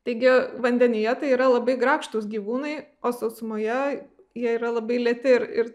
taigi vandenyje tai yra labai grakštūs gyvūnai o sausumoje jie yra labai lėti ir ir